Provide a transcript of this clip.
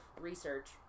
research